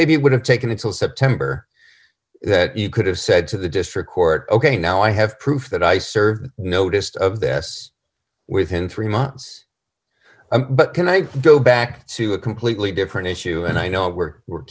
maybe it would have taken until september that you could have said to the district court ok now i have proof that i served notice of this within three months but can i go back to a completely different issue and i know we're